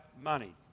money